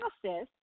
process